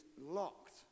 locked